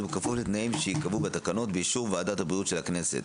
בכפוף לתנאים שייקבעו בתקנות באישור ועדת הבריאות של הכנסת.